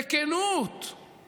בכנות,